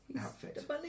outfit